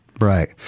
Right